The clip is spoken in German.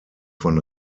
von